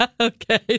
Okay